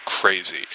crazy